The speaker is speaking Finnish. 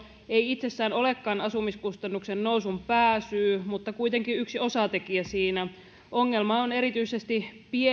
ei itsessään olekaan asumiskustannusten nousun pääsyy mutta kuitenkin yksi osatekijä siinä ongelma on erityisesti